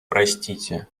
простите